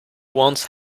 once